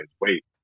wait